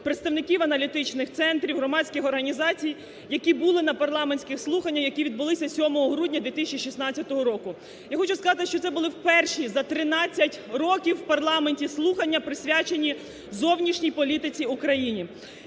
представників аналітичних центрів, громадських організацій, які були на парламентських слуханнях, які відбулися 7 грудня 2016 року. Я хочу сказати, що це були перші за 13 років в парламенті слухання присвячені зовнішній політиці України.